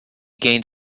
gained